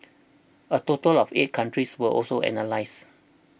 a total of eight countries were also analysed